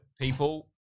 people